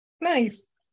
Nice